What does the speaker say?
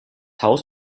haus